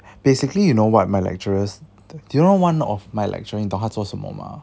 basically you know what my lecturers do you know one of my lecturer 你懂他做什么吗